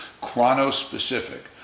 chronospecific